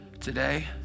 Today